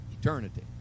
Eternity